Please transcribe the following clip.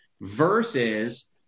versus